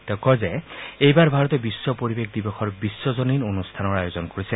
তেওঁ কয় যে এইবাৰ ভাৰতে বিশ্ব পৰিৱেশ দিৱসৰ বিশ্বজনীন অনুষ্ঠানৰ আয়োজন কৰিছে